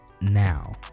now